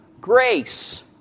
grace